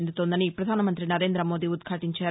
చెందుతోందని పధానమంతి నరేందమోదీ ఉద్భాటించారు